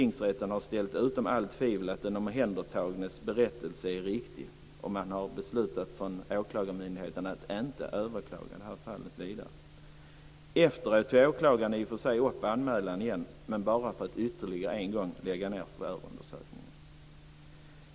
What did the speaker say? Tingsrätten har ställt utom allt tvivel att den omhändertagnes berättelse är riktig, och åklagarmyndigheten har beslutat att inte överklaga fallet vidare efter det att åklagaren i och för sig gjort en ny anmälan, men bara för att ytterligare en gång lägga ned förundersökningen.